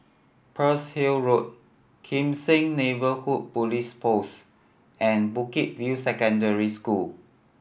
Pearl's Hill Road Kim Seng Neighbourhood Police Post and Bukit View Secondary School